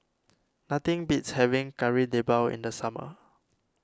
nothing beats having Kari Debal in the summer